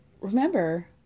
remember